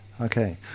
Okay